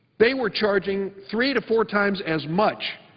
they were charging three to four times as much